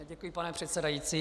Děkuji, pane předsedající.